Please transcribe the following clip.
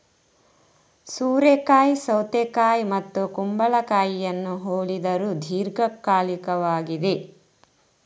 ಸೋರೆಕಾಯಿ ಸೌತೆಕಾಯಿ ಮತ್ತು ಕುಂಬಳಕಾಯಿಯನ್ನು ಹೋಲಿದರೂ ದೀರ್ಘಕಾಲಿಕವಾಗಿದೆ